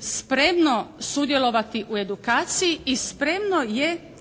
spremno sudjelovati u edukaciji i spremno je